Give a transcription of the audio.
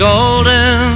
Golden